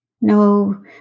No